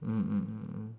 mm mm mm mm